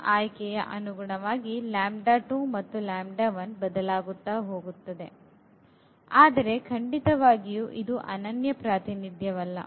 ನ ಆಯ್ಕೆ ಯ ಅನುಗುಣವಾಗಿ ಮತ್ತು ಬದಲಾಗುತ್ತ ಹೋಗುತ್ತದೆ ಆದರೆ ಖಂಡಿತವಾಗಿಯೂ ಇದು ಅನನ್ಯ ಪ್ರಾತಿನಿಧ್ಯವಲ್ಲ